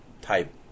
type